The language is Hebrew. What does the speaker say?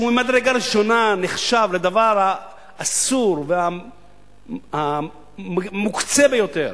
שהוא ממדרגה ראשונה נחשב לדבר האסור והמוקצה ביותר